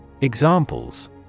Examples